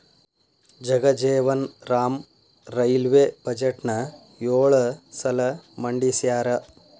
Jagjivan Ram railway ಬಜೆಟ್ನ ಯೊಳ ಸಲ ಮಂಡಿಸ್ಯಾರ